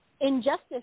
injustice